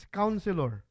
counselor